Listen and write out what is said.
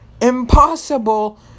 impossible